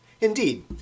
Indeed